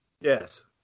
yes